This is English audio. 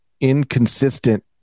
inconsistent